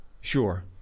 Sure